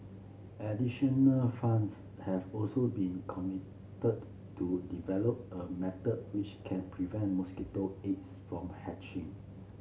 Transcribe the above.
additional funds have also been committed to develop a method which can prevent mosquito eggs from hatching